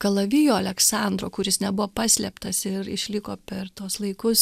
kalavijo aleksandro kuris nebuvo paslėptas ir išliko per tuos laikus